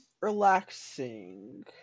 relaxing